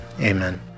Amen